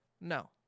No